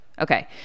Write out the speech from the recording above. okay